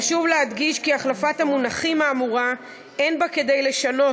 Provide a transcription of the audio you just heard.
חשוב להדגיש כי החלפת המונחים האמורה אין בה כדי לשנות